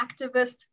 activist